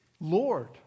Lord